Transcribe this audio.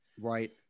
Right